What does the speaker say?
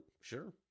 sure